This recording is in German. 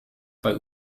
bei